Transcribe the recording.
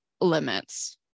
limits